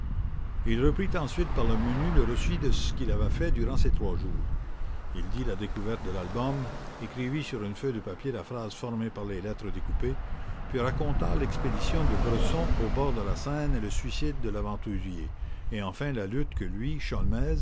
il reprit ensuite par le menu le récit de ce qu'il avait fait durant ces trois jours il dit la découverte de l'album écrivit sur une feuille de papier la phrase formée par les lettres découpées puis raconta l'expédition de bresson au bord de la seine et le suicide de l'aventurier et enfin la lutte que lui